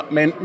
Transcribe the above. Men